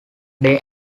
day